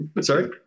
sorry